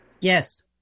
Yes